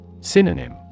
Synonym